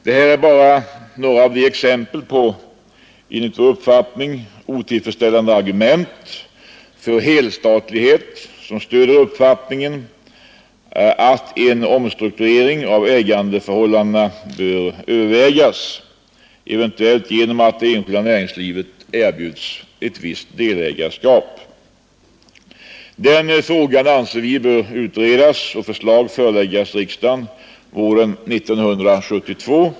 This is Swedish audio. Detta är bara några av de exempel på enligt vår uppfattning otillfredsställande argument för helstatlighet som stöder uppfattningen att en omstrukturering av ägandeförhållandena bör övervägas, eventuellt genom att det enskilda näringslivet erbjuds ett visst delägarskap. Den frågan anser vi bör utredas och förslag föreläggas riksdagen våren 1972.